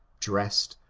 dressed,